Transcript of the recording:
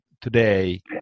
today